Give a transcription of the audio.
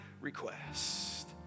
request